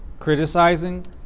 criticizing